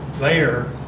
layer